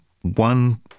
one